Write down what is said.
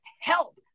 help